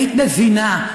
היית מבינה,